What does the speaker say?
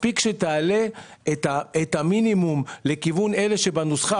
מספיק שתעלה את המינימום לכיוון אלה שבנוסחה,